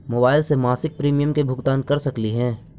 Mobile से मासिक premium के भुगतान कर सकली हे?